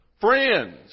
friends